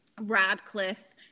Radcliffe